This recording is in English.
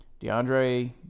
DeAndre